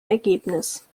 ergebnis